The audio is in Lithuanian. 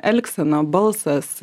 elgsena balsas